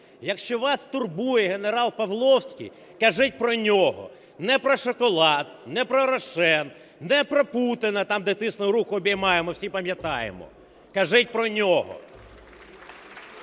Якщо вас турбує генерал Павловський, кажіть про нього, не про шоколад, не про "Рошен", не про Путіна, там, де тисне руку, обіймає, ми всі пам'ятаємо, кажіть про нього.